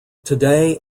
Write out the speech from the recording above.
today